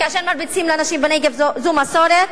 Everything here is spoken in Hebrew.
כאשר מרביצים לנשים בנגב זו מסורת?